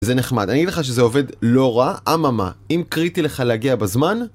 זה נחמד, אני אגיד לך שזה עובד לא רע, אממה, אם קריטי לך להגיע בזמן...